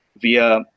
via